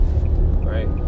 right